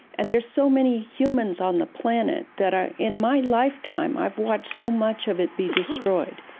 and there are so many humans on the planet that are, in my lifetime i've watched so much of it be destroyed,